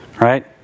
right